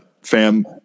fam